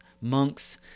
monks